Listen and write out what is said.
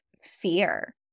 fear